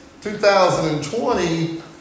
2020